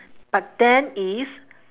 but then is